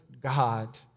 God